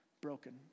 broken